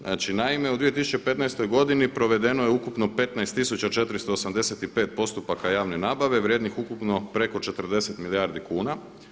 Znači naime u 2015. godini provedeno je ukupno 15 tisuća 485 postupaka javne nabave vrijednih ukupno preko 40 milijardi kuna.